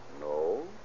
No